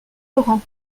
laurent